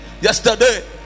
yesterday